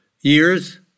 years